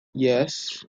yes